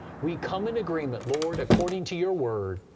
we come in agreement, lord, according to your word.